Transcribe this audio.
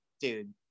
dude